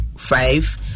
Five